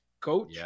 coach